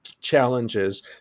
challenges